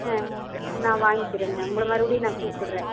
நான் வாங்கிக்குறங்க உங்களை மறுபடியும் நான் கூப்புடுறேன்